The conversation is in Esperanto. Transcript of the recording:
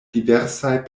diversaj